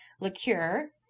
Liqueur